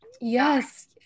yes